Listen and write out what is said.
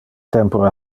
tempore